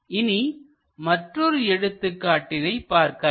இனி மற்றொரு எடுத்துக்காட்டினை பார்க்கலாம்